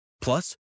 Plus